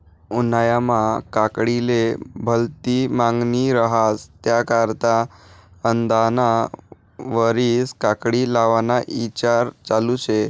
उन्हायामा काकडीले भलती मांगनी रहास त्याकरता यंदाना वरीस काकडी लावाना ईचार चालू शे